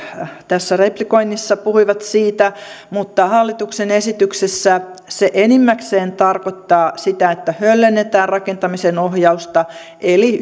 tässä replikoinnissa puhuivat siitä mutta hallituksen esityksessä se enimmäkseen tarkoittaa sitä että höllennetään rakentamisen ohjausta eli